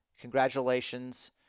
congratulations